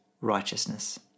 righteousness